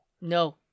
No